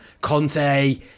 Conte